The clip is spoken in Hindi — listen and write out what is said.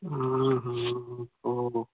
हाँ हाँ तो